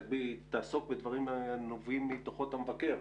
היא תעסוק בנושאים שנובעים מדוחות המבקר.